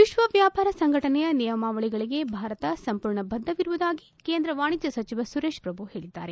ವಿಶ್ವ ವ್ನಾಪಾರ ಸಂಘಟನೆಯ ನಿಯಮಾವಳಿಗಳಿಗೆ ಭಾರತ ಸಂಪೂರ್ಣ ಬದ್ಲವಿರುವುದಾಗಿ ಕೇಂದ್ರ ವಾಣಿಜ್ವ ಸಚಿವ ಸುರೇಶ್ ಪ್ರಭು ಹೇಳಿದ್ದಾರೆ